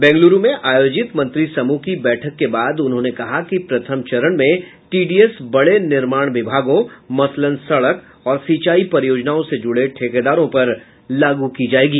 बेंगलुरू में आयोजित मंत्री समूह की बैठक के बाद उन्होंने कहा कि प्रथम चरण में टीडीएस बड़े निर्माण विभागों मसलन सड़क और सिंचाई परियोनओं से जुड़े ठेकेदारों पर लागू की जायेगी